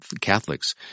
Catholics